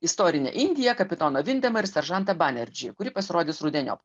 istorinę indiją kapitoną vintemą ir seržantą banerdžį kuri pasirodys rudeniop